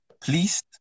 Please